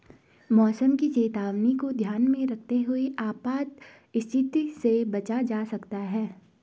मौसम की चेतावनी को ध्यान में रखते हुए आपात स्थिति से बचा जा सकता है